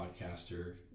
podcaster